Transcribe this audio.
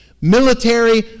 military